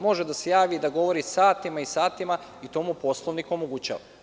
Može da se javi, da govori satima i satima i to mu Poslovnik omogućava.